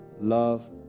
love